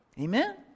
Amen